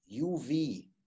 UV